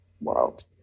world